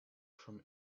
from